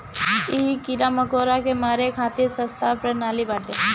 इ कीड़ा मकोड़ा के मारे खातिर सस्ता प्रणाली बाटे